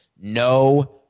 no